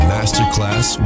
Masterclass